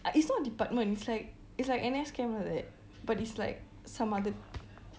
it's not department it's like it's like N_S camp lah like that but it's like some other